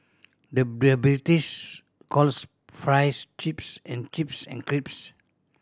the British calls fries chips and chips an